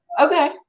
okay